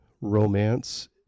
romance